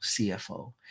CFO